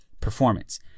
performance